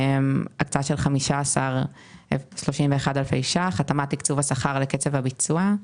הקצאה של 15,031 אלפי ₪ להתאמת תקצוב השכר לקצב הביצוע.